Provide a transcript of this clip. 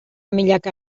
milaka